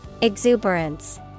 Exuberance